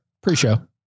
Pre-show